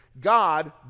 God